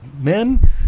men